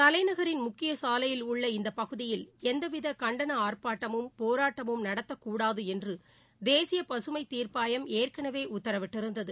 தலைநகரின் முக்கிய சாலையில் உள்ள இந்தப் பகுதியில் எந்தவித கண்டன ஆர்ப்பாட்டமும் போராட்டமும் நடத்தக் கூடாது என்று தேசிய பசுமை தீர்ப்பாயம் ஏற்கனவே உத்தரவிட்டிருந்தது